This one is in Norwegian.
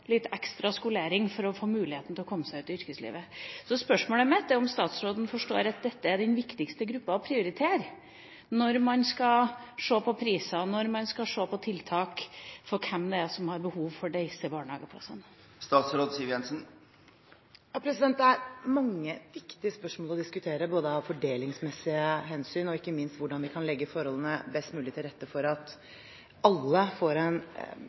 litt ekstra skolering, for å få muligheten til å komme seg ut i yrkeslivet. Spørsmålet mitt er om statsråden forstår at dette er den viktigste gruppa å prioritere når man skal se på priser, og når man skal se på tiltak for dem som har behov for disse barnehageplassene. Det er mange viktige spørsmål å diskutere når det gjelder både fordelingsmessige hensyn, og – ikke minst – hvordan vi kan legge forholdene best mulig til rette for at alle får en